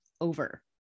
over